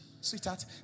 sweetheart